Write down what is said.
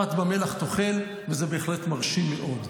"פת במלח תאכל" וזה בהחלט מרשים מאוד.